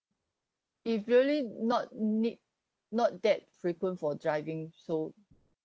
if really not need not that frequent for driving so